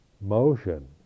motion